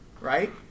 right